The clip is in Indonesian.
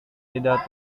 tidak